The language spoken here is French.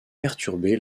perturbé